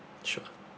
sure